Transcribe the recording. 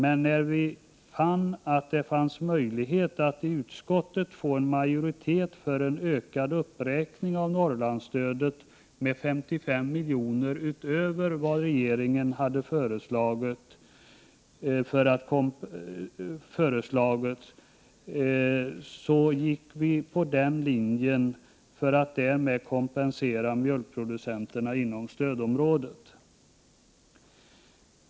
Eftersom det fanns möjlighet att i utskottet få en majoritet för en ökad uppräkning av Norrlandsstödet med 55 miljoner utöver vad regeringen föreslagit, valde vi att gå på samma linje för att därmed kompensera mjölkproducenterna inom stödområdet.